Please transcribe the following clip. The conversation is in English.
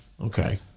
Okay